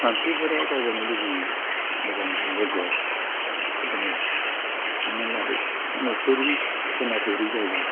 मानसिफोरा दावबायनो लुबैयो मोजां मोजां जायगायाव जेरै हमना लादो नुफेरि खोनाफेरि जायगा